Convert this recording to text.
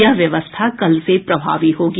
यह व्यवस्था कल से प्रमावी होगी